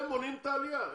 הם מונעים את העלייה.